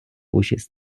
участь